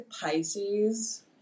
Pisces